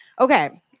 Okay